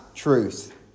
truth